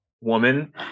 woman